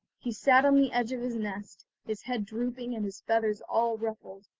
he sat on the edge of his nest, his head drooping and his feathers all ruffled,